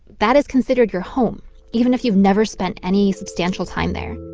that is considered your home even if you've never spent any substantial time there